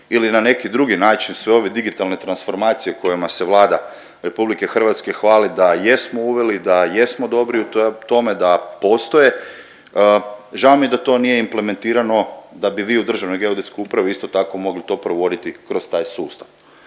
ili na neki drugi način sve ove digitalne transformacije kojima se Vlada RH hvali da jesmo uveli, da jesmo dobri u tome, da postoje, žao mi je da to nije implementirano da bi vi u Državnoj geodetskoj upravi isto tako mogli to provoditi kroz taj sustav.